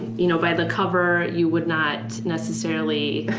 you know by the cover you would not necessarily